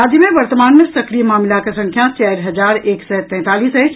राज्य मे वर्तमान मे सक्रिय मामिलाक संख्या चारि हजार एक सय तैंतालीस अछि